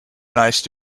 nice